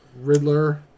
Riddler